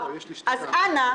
אז אנא,